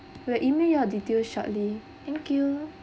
we'll email your detail shortly thank you